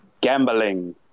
Gambling